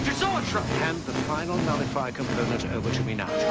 zoetrope! hand the final nullifying component over to me now.